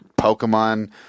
Pokemon